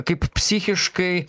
kaip psichiškai